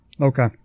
Okay